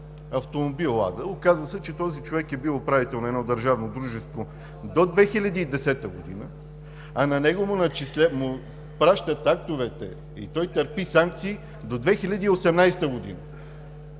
автомобил „Лада“. Оказва се, че този човек е бил управител на едно държавно дружество до 2010 г., а на него му пращат актовете и той търпи санкции до 2018 г.,